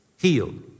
healed